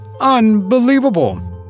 unbelievable